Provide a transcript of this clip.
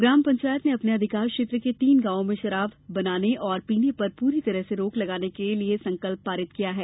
ग्राम पंचायत ने अपने अधिकार क्षेत्र के तीन गांवों में शराब बनाने और पीने पर पूरी तरह से रोक लगाने के लिये संकल्प पारित किया है